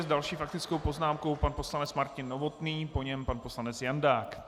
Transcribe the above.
S další faktickou poznámkou pan poslanec Martin Novotný, po něm pan poslanec Jandák.